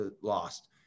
lost